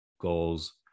goals